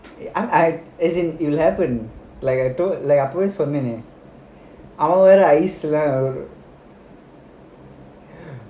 I as in it'll happen like I don't like upwards for many